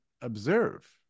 observe